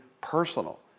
personal